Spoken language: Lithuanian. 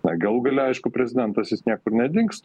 na galų gale aišku prezidentas jis niekur nedings